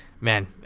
man